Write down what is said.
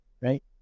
right